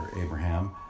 abraham